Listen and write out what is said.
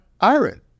iron